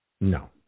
No